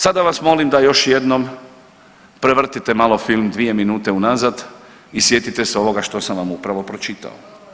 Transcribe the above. Sada vas molim da još jednom prevrtite malo film 2 minute unazad i sjetite se ovoga što sam vam upravo pročitao.